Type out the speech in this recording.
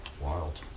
wild